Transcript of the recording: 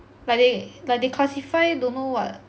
like they like they classify don't know [what]